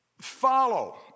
follow